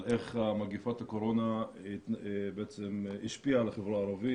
איך מגפת הקורונה השפיעה על החברה הערבית,